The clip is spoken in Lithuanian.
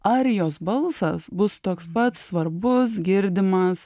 ar jos balsas bus toks pat svarbus girdimas